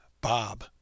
bob